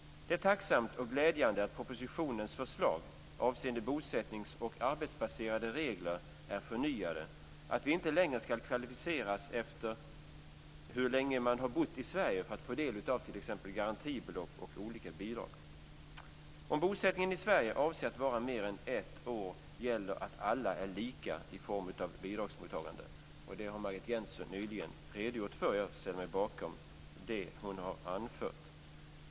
Det är tacksamt och glädjande att propositionens förslag avseende bosättnings och arbetsbaserade regler är förnyade, att man inte längre ska kvalificeras efter hur länge man har bott i Sverige för att få del av t.ex. garantibelopp och olika bidrag. Om bosättningen i Sverige avser att vara mer än ett år gäller att alla är lika i form av bidragsmottagare. Detta redogjorde Margit Gennser för, och jag ställer mig bakom det.